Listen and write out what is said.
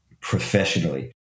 professionally